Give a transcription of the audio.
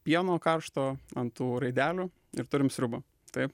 pieno karšto ant tų raidelių ir turim sriubą taip